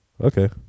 Okay